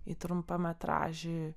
į trumpametražį